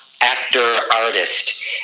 actor-artist